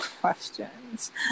questions